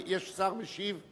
יש שר משיב?